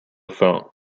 fin